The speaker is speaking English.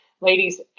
ladies